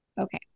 Okay